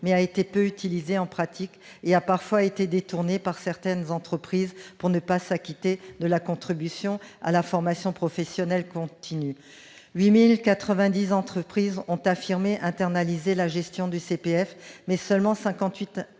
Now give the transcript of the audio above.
mais a été peu utilisé en pratique et a parfois été détourné par certaines entreprises pour ne pas s'acquitter de la contribution à la formation professionnelle continue. Si 8 090 entreprises ont affirmé internaliser la gestion du CPF, seules 58 entreprises